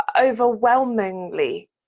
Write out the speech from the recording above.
overwhelmingly